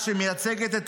מה אתה רוצה ממני?